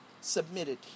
submitted